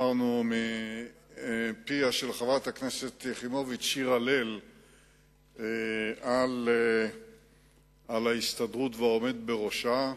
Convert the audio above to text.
שמענו מפיה של חברת הכנסת יחימוביץ שיר הלל על ההסתדרות והעומד בראשה,